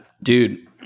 Dude